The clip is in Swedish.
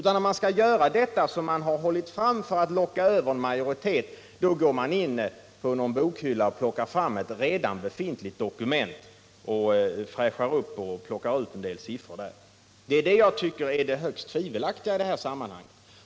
När regeringen då skall göra det som den hållit fram för att locka över majoriteten — då går man in i någon bokhylla och plockar fram ett redan befintligt dokument, fräschar upp det och plockar ut en del siffror. Det är det jag tycker är högst tvivelaktigt i det här sammanhanget.